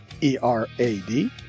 E-R-A-D